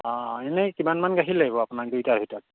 অঁ এনেই কিমানমান গাখীৰ লাগিব আপোনাক দুইটাৰ ভিতৰত